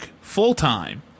full-time